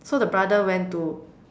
so the brother went to